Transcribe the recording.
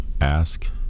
ask